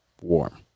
Warm